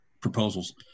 proposals